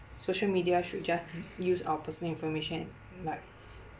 social media should just use our personal information like